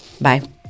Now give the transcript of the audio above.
bye